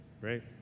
great